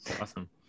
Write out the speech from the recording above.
Awesome